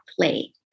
play